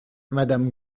madame